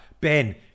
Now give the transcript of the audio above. ben